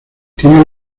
tiene